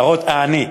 להיראות, אה, אני.